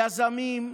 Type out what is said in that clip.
יזמים.